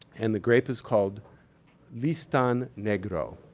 and the grape is called listan negro.